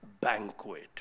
banquet